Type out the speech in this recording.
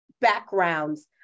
backgrounds